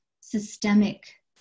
systemic